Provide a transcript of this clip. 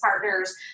partners